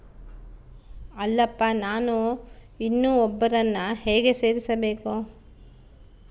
ಅಲ್ಲಪ್ಪ ನಾನು ಇನ್ನೂ ಒಬ್ಬರನ್ನ ಹೇಗೆ ಸೇರಿಸಬೇಕು?